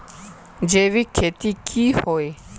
जैविक खेती की होय?